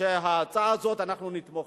שאנחנו נתמוך